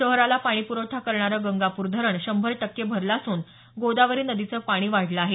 शहराला पाणी पुरवठा करणारे गंगापूर धरण शंभर टक्के भरले असून गोदावरी नदीचे पाणी वाढले आहे